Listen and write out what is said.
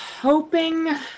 hoping